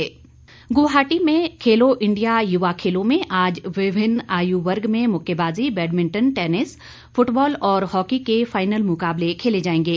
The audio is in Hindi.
खेलो इंडिया गुवाहाटी में खेलो इंडिया युवा खेलों में आज विभिन्न आयु वर्ग में मुक्केबाजी बैडमिंटन टेनिस फुटबॉल और हॉकी के फाइनल मुकाबले खेले जाएंगे